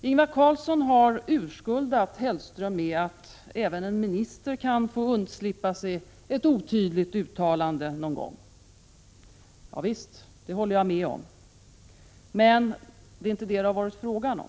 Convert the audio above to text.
Ingvar Carlsson har urskuldat Mats Hellström med att även en minister någon gång kan få undslippa sig ett otydligt uttalande. Javisst, det håller jag med om. Men det är inte detta det varit fråga om.